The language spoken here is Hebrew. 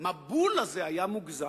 המבול הזה היה מוגזם,